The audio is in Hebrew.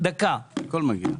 הכול מגיע.